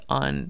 on